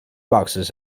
boxes